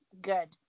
good